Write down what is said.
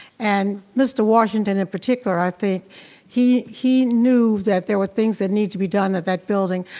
and mr. washington in particular, i think he he knew that there were things that needed to be done at that building.